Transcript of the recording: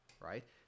right